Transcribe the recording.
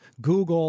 Google